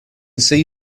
see